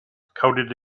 coded